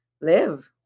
live